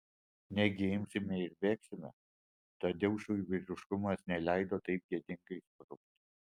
negi imsime ir bėgsime tadeušui vyriškumas neleido taip gėdingai sprukti